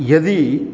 यदि